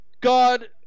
God